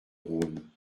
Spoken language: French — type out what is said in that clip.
rhône